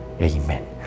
Amen